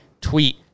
tweet